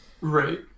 Right